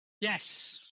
Yes